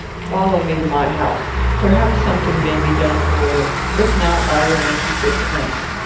follow me to my house. perhaps something may be done for you. if not, i will lend you sixpence.